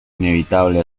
inevitable